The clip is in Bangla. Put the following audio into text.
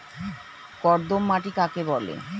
কর্দম মাটি কাকে বলে?